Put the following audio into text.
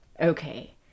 Okay